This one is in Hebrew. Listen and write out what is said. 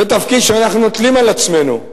זה תפקיד שאנחנו נוטלים על עצמנו,